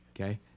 okay